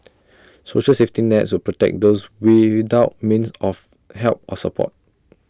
social safety nets will protect those without means of help or support